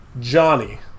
Johnny